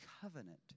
covenant